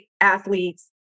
athletes